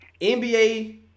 NBA